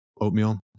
oatmeal